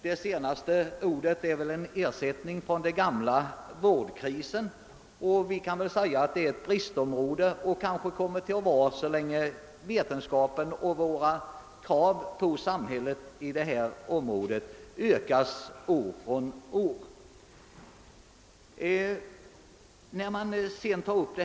Detta ord är väl en ersättning för det gamla uttrycket vårdkrisen. Det kommer förmodligen att vara ett bristområde så länge vetenskapen utvecklas och våra krav på samhället år från år ökas.